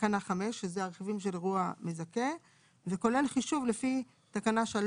תקנה 5 וכולל חישוב לפי תקנה 3